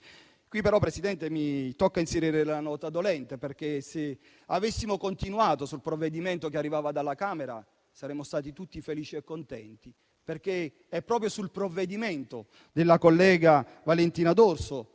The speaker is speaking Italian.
signor Presidente, mi tocca inserire la nota dolente. Se avessimo continuato sul provvedimento che arrivava dalla Camera, saremmo stati tutti felici e contenti. Infatti, è proprio sul provvedimento della collega Valentina D'Orso